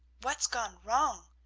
what's gone wrong?